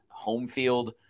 Homefield